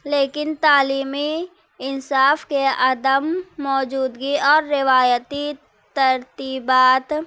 لیکن تعلیمی انصاف کے عدم موجودگی اور روایتی ترتیبات